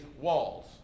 walls